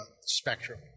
spectrum